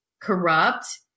corrupt